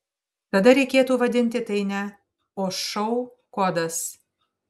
tada reikėtų vadinti tai ne o šou kodas